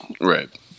Right